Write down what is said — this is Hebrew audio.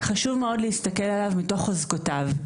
חשוב מאוד להסתכל עליו מתוך חזקותיו,